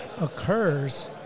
occurs